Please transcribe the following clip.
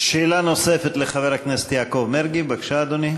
שאלה נוספת לחבר הכנסת יעקב מרגי, בבקשה, אדוני.